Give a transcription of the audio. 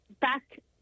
back